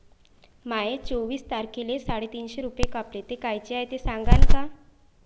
माये चोवीस तारखेले साडेतीनशे रूपे कापले, ते कायचे हाय ते सांगान का?